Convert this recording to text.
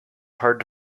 hard